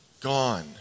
gone